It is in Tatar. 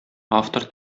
автор